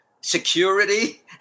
security